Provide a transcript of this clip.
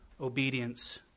obedience